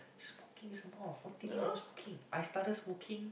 smoking some more fourteen year old smoking I started smoking